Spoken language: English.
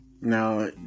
now